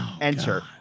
enter